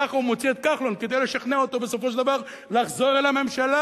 ככה הוא מוציא את כחלון כדי לשכנע אותו בסופו של דבר לחזור אל הממשלה,